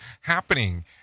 happening